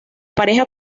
pareja